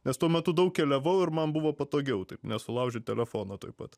nes tuo metu daug keliavau ir man buvo patogiau taip nesulaužyt telefono taip pat